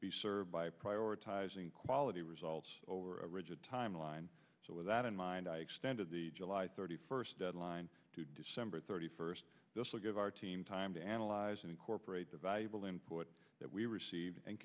be served by prioritizing quality results over a rigid timeline so that in mind i extended the july thirty first deadline to december thirty first this will give our team time to analyze and incorporate the valuable input that we receive and